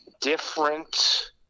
different